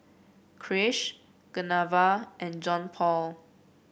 Krish Geneva and Johnpaul